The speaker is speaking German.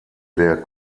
der